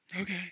okay